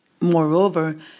Moreover